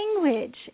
language